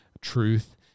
truth